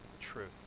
truth